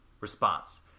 response